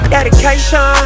Dedication